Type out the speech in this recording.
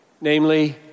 namely